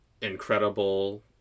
incredible